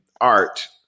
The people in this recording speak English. art